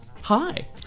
hi